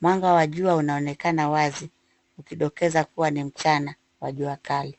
Mwanga wa jua unaonekana wazi ukidokeza kuwa ni mchana wa jua kali.